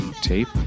tape